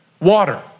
water